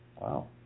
Wow